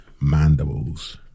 Mandibles